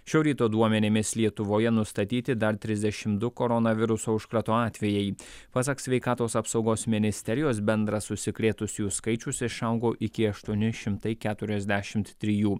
šio ryto duomenimis lietuvoje nustatyti dar trisdešim du koronaviruso užkrato atvejai pasak sveikatos apsaugos ministerijos bendras užsikrėtusiųjų skaičius išaugo iki aštuoni šimtai keturiasdešimt trijų